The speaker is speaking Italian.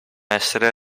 essere